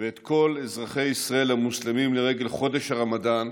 ואת כל אזרחי ישראל המוסלמים לרגל חודש הרמדאן,